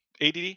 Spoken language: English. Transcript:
ADD